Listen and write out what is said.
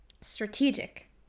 strategic